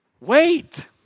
wait